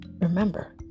Remember